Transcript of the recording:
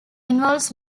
involves